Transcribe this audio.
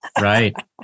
Right